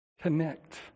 connect